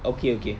okay okay